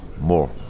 more